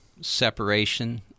separation